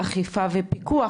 אכיפה ופיקוח,